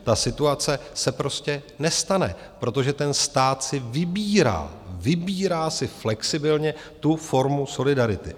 Ta situace se prostě nestane, protože ten stát si vybírá, vybírá si flexibilně tu formu solidarity.